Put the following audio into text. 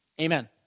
Amen